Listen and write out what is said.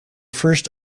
first